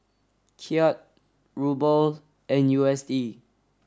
Kyat Ruble and U S D